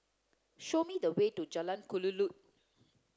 show me the way to Jalan Kelulut